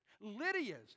Lydia's